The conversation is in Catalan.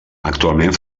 actualment